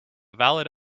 valid